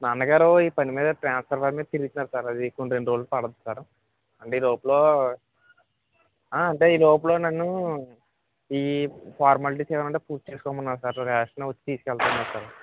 నాన్నగారు ఈ పనిమీద ట్రాన్స్ఫర్ పనిమీద తిరుగుతున్నారు సార్ అది కొన్ని రెండు రోజులు పడుతుంది సార్ అంటే ఈ లోపల ఆ అంటే ఈ లోపల నన్ను ఈ ఫార్మాలిటీస్ ఏమైనా పూర్తి చేసుకోమన్నారు సార్ లాస్ట్న వచ్చి తీసుకుని వెళ్తా అన్నారు సార్